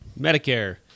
Medicare